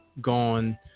gone